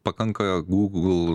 pakanka gūgl